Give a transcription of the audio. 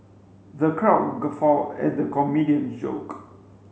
the crowd guffawed at the comedian's joke